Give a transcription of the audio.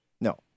No